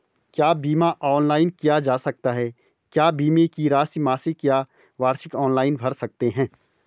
क्या बीमा ऑनलाइन किया जा सकता है क्या बीमे की राशि मासिक या वार्षिक ऑनलाइन भर सकते हैं?